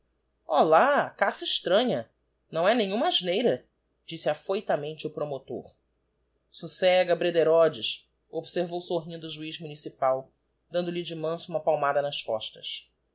lá caça extranha não é nenhuma asneira disse afoitamente o promotor socega brederodes observou sorrindo o juiz municipal dando-lhe de manso uma palmada nas costas